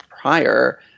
prior